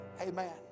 Amen